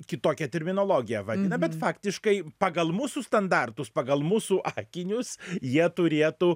kitokia terminologija vadina bet faktiškai pagal mūsų standartus pagal mūsų akinius jie turėtų